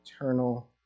eternal